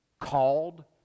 called